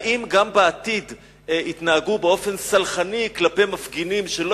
האם בעתיד יתנהגו באופן סלחני גם כלפי מפגינים שלא